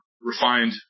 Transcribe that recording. refined